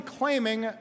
claiming